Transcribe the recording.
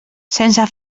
sense